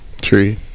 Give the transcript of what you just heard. tree